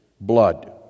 blood